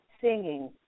singing